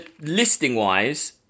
listing-wise